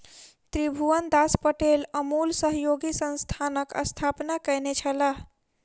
त्रिभुवनदास पटेल अमूल सहयोगी संस्थानक स्थापना कयने छलाह